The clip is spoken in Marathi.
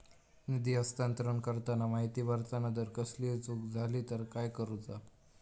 निधी हस्तांतरण करताना माहिती भरताना जर कसलीय चूक जाली तर काय करूचा?